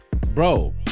bro